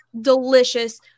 delicious